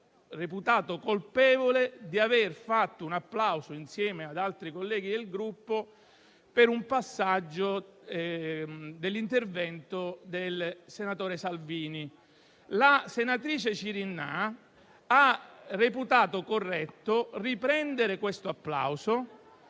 reputato colpevole di aver fatto un applauso insieme ad altri colleghi del Gruppo a un passaggio dell'intervento del senatore Salvini. La senatrice Cirinnà ha reputato corretto riprendere tale applauso